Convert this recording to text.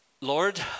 Lord